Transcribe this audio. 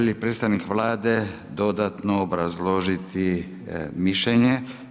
Želi li predstavnik Vlade dodatno obrazložiti mišljenje?